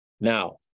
Now